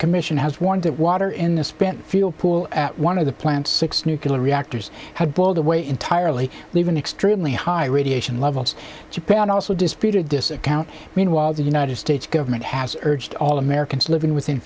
commission has warned that water in the spent fuel pool at one of the plant's six nuclear reactors had pulled away entirely leaving extremely high radiation levels japan also disputed this account meanwhile the united states government has urged all americans living within